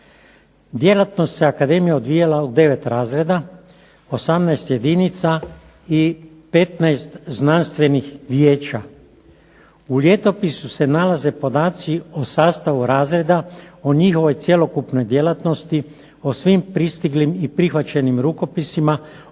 Djelatnost se akademije odvijala u 9 razreda, 18 jedinica i 15 znanstvenih vijeća. U ljetopisu se nalaze podaci o sastavu razreda, o njihovoj cjelokupnoj djelatnosti, o svim pristiglim i prihvaćenim rukopisima,